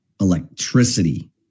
electricity